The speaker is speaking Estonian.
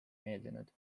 meeldinud